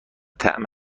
طعم